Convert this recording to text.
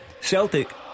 Celtic